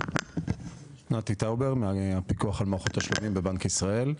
נתי טאובר, מהפיקוח על מערכות תשלומים בבנק ישראל.